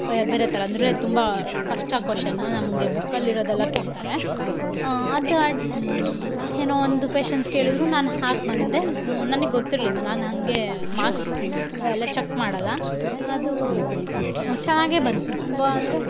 ಬೇರೆ ಥರ ಅಂದರೆ ತುಂಬ ಕಷ್ಟ ಕ್ವೆಷನ ನಮಗೆ ಬುಕ್ಕಲ್ಲಿರೋದೆಲ್ಲ ಕೇಳ್ತಾರೆ ಅದು ಏನೋ ಒಂದು ಕ್ವೆಷನ್ಸ್ ಕೇಳಿದ್ರು ನಾನು ಹಾಕಿ ಬಂದೆ ನನಗ್ ಗೊತ್ತಿರಲಿಲ್ಲ ನಾನು ಹಾಗೆ ಮಾರ್ಕ್ಸ್ ಎಲ್ಲ ಚೆಕ್ ಮಾಡಲ್ಲ ಅದು ಚೆನ್ನಾಗೆ ಬಂತು ತುಂಬ ಅಂದರೆ